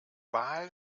wahl